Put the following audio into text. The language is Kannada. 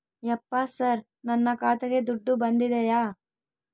ಯಪ್ಪ ಸರ್ ನನ್ನ ಖಾತೆಗೆ ದುಡ್ಡು ಬಂದಿದೆಯ?